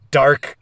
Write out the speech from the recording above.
dark